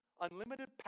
unlimited